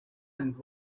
and